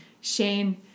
Shane